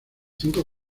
cinco